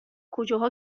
کجا